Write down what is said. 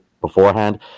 beforehand